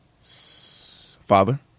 Father